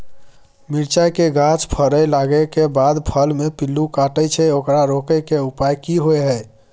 मिरचाय के गाछ फरय लागे के बाद फल में पिल्लू काटे छै ओकरा रोके के उपाय कि होय है?